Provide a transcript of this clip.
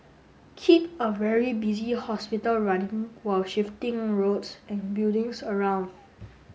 keep a very busy hospital running while shifting roads and buildings around